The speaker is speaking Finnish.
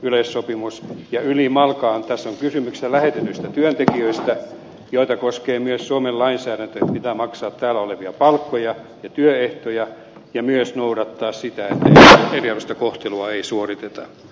yleissopimus ja ylimalkaan tässä on kysymys lähetetyistä työntekijöistä joita koskee myös suomen lainsäädäntö että pitää maksaa täällä olevia palkkoja ja noudattaa työehtoja ja myös noudattaa sitä että eriarvoista kohtelua ei suoriteta